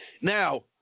Now